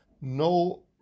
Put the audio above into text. no-